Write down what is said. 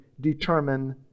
determine